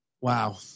Wow